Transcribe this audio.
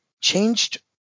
changed